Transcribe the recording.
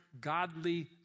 godly